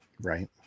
right